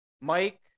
Mike